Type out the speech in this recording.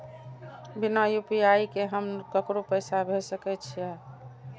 बिना यू.पी.आई के हम ककरो पैसा भेज सके छिए?